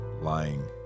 lying